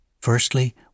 Firstly